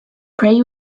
pray